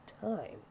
time